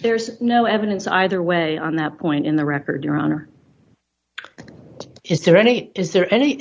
there's no evidence either way on that point in the record your honor is there any is there any